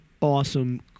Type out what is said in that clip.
awesome